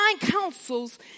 counsels